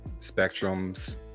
spectrums